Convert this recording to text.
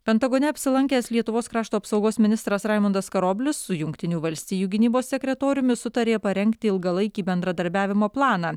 pentagone apsilankęs lietuvos krašto apsaugos ministras raimundas karoblis su jungtinių valstijų gynybos sekretoriumi sutarė parengti ilgalaikį bendradarbiavimo planą